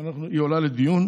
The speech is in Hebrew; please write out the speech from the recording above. היא עולה לדיון,